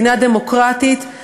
מדינה דמוקרטית,